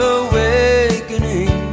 awakening